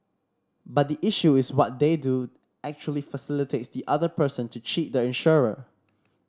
but the issue is what they do actually facilitates the other person to cheat the insurer